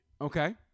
Okay